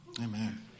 Amen